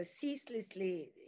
ceaselessly